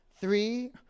three